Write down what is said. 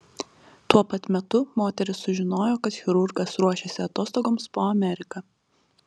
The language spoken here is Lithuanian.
tuo pat metu moteris sužinojo kad chirurgas ruošiasi atostogoms po ameriką